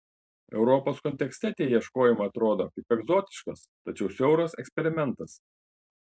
europos kontekste tie ieškojimai atrodo kaip egzotiškas tačiau siauras eksperimentas